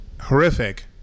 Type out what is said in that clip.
horrific